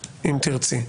הצטלבות.